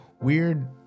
weird